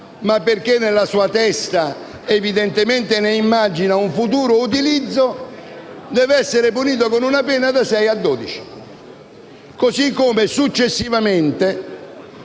ma perché nella sua testa evidentemente ne immagina un futuro utilizzo, debba essere punito con una pena da sei a dodici anni? Così come successivamente